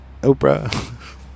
Oprah